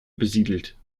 besiedelt